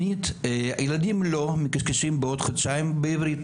שנית, הילדים לא מקשקשים בעוד חודשיים בעברית